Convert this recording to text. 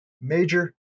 major